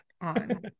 on